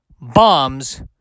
bombs